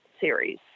series